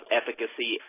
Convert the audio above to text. efficacy